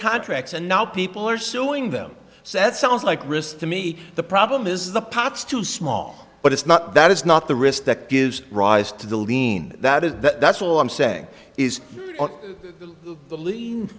contracts and now people are suing them said sounds like risk to me the problem is the parts too small but it's not that it's not the risk that gives rise to the lean that is that's all i'm saying is the lean